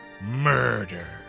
murder